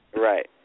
Right